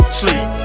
sleep